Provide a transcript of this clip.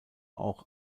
auch